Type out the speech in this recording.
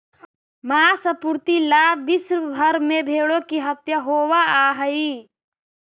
माँस आपूर्ति ला विश्व भर में भेंड़ों की हत्या होवअ हई